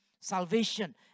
Salvation